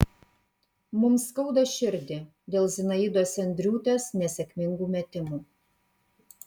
mums skauda širdį dėl zinaidos sendriūtės nesėkmingų metimų